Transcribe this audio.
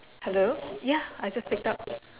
hello ya I just picked up